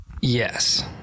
Yes